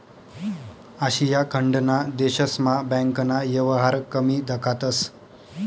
आशिया खंडना देशस्मा बँकना येवहार कमी दखातंस